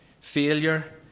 Failure